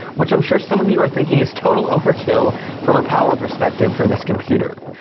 which i'm sure some of you are thinking is total overkill from a power perspective for this computer,